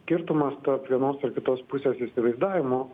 skirtumas tarp vienos ir kitos pusės įsivaizdavimo